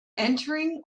entering